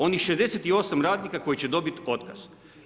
Onih 68 radnika koji će dobiti otkaz.